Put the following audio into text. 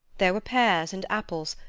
there were pears and apples,